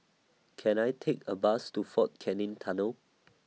Can I Take A Bus to Fort Canning Tunnel